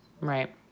Right